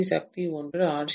C Sakthi 1 I